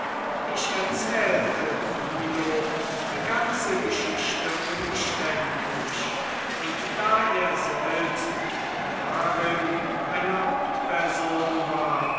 ich erzählte philo die ganze geschichte umständlich und da er selbst darin eine hauptperson war